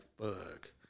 fuck